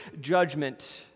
judgment